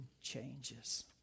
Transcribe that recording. changes